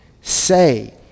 say